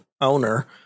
owner